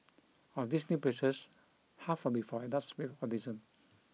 of these new places half will be for adults with autism